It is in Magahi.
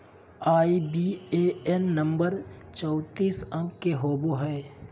आई.बी.ए.एन नंबर चौतीस अंक के होवो हय